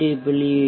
W